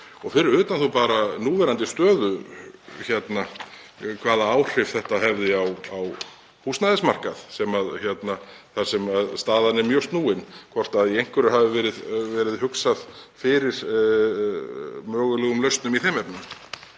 Fyrir utan bara núverandi stöðu, hvaða áhrif þetta hefði á húsnæðismarkað þar sem staðan er mjög snúin, hvort í einhverju hafi verið hugsað fyrir mögulegum lausnum í þeim efnum.